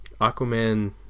Aquaman